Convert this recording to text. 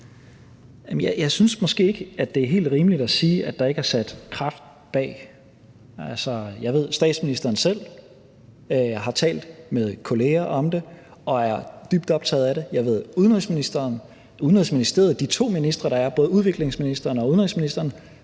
Jeg synes måske ikke, at det er helt rimeligt at sige, at der ikke er sat kraft bag. Jeg ved, at statsministeren selv har talt med kolleger om det og er dybt optaget af det. Jeg ved, at Udenrigsministeriet og de to ministre, der er, udviklingsministeren og udenrigsministeren,